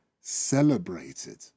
celebrated